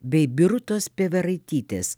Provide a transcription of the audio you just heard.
bei birutos peveraitytės